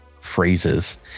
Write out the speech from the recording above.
phrases